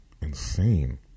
insane